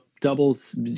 doubles